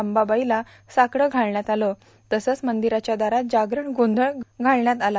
अंबाबाईला साकडं घालण्यात आलं तसंच मंदिराच्या दारात जागरण गोंधळ घालण्याम आला